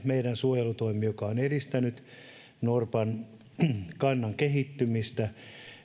meidän suojelutoimemme lisäksi joka on edistänyt norpan kannan kehittymistä